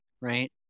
right